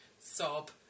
sob